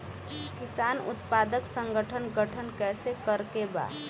किसान उत्पादक संगठन गठन कैसे करके बा?